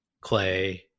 clay